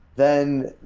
then,